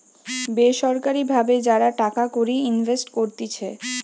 বেসরকারি ভাবে যারা টাকা কড়ি ইনভেস্ট করতিছে